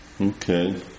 okay